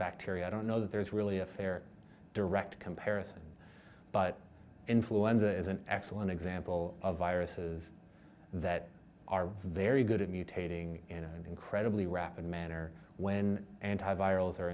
bacteria i don't know that there is really a fair direct comparison but influenza is an excellent example of viruses that are very good at mutating in an incredibly rapid manner when anti virals are